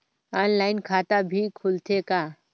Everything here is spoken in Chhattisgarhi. ऑनलाइन खाता भी खुलथे का?